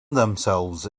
themselves